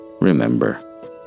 Remember